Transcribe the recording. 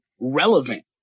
relevant